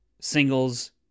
singles